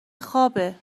خوابه